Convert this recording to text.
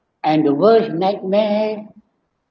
and the worst nightmare